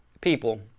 People